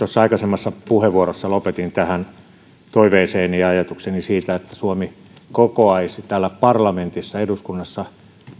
aikaisemmassa puheenvuorossani lopetin toiveeseen ja ajatukseen siitä että suomi kokoaisi täällä parlamentissa eduskunnassa